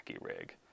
Rig